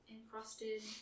encrusted